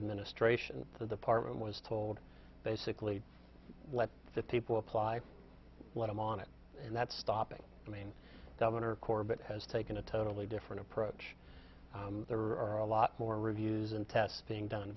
administration the department was told basically let the people apply let him on it and that's stopping i mean governor corbett has taken a totally different approach there are a lot more reviews and tests being done